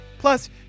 Plus